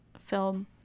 film